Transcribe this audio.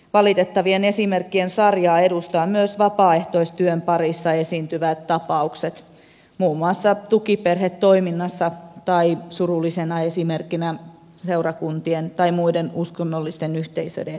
valitettavien esimerkkien sarjaa edustavat myös vapaaehtoistyön parissa esiintyvät tapaukset muun muassa tukiperhetoiminnassa tai surullisena esimerkkinä seurakuntien tai muiden uskonnollisten yhteisöjen keskuudessa